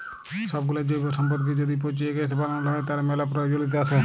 সবগুলা জৈব সম্পদকে য্যদি পচিয়ে গ্যাস বানাল হ্য়, তার ম্যালা প্রয়জলিয়তা আসে